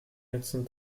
letzten